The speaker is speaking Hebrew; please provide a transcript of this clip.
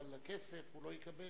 אבל כסף הוא לא יקבל.